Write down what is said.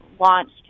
launched